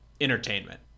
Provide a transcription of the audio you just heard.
entertainment